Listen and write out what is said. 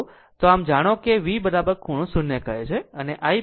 આમ અને જાણો કે V ખૂણો 0 કહે છે અને i આ RMS છે